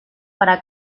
para